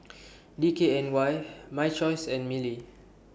D K N Y My Choice and Mili